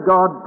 God